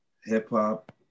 hip-hop